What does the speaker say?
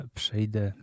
przejdę